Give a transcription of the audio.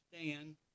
understand